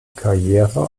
karriere